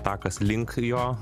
takas link jo